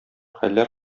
хәлләр